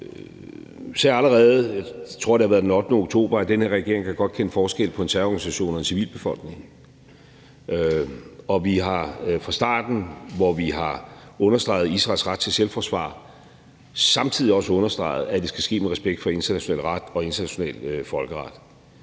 jeg det var, at den her regering godt kan kende forskel på en terrororganisation og en civilbefolkning, og vi har fra starten, hvor vi understregede Israels ret til selvforsvar, samtidig også understreget, at det skal ske med respekt for international ret og international folkeret.